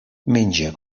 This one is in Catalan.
menja